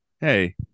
Hey